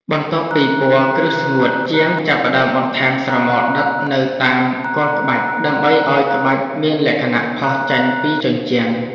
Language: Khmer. បន្ទាប់ពីពណ៌គ្រឹះស្ងួត ជាងចាប់ផ្ដើមបន្ថែមស្រមោលដិតនៅតាមគល់ក្បាច់ ដើម្បីឱ្យក្បាច់មានលក្ខណៈផុសចេញពីជញ្ជាំង។